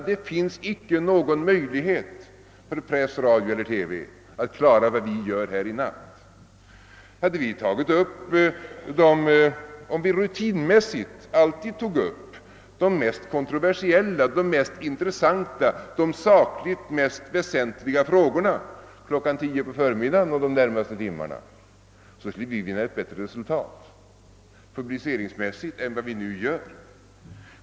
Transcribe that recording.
Det finns inte någon möjlighet för press, radio eller TV att referera vad vi gör här i natt. Om vi rutinmässigt alltid tog upp de mest kontroversiella, de mest intressanta, de sakligt mest väsentliga frågorna klockan 10 på förmiddagen och de närmaste timmarna därefter, skulle vi vinna ett bättre resultat publiceringsmässigt än vad vi gör nu.